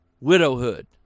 widowhood